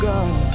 God